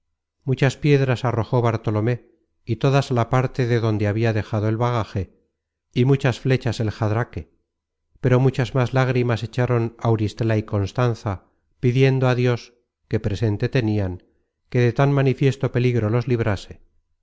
muchas piedras arrojó bartolomé y todas á la parte de donde habia dejado el bagaje y muchas flechas el jadraque pero muchas más lágrimas echaron auristela y constanza pidiendo á dios que presente tenian que de tan manifiesto peligro los librase